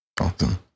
Awesome